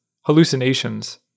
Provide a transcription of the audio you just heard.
Hallucinations